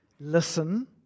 listen